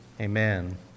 amen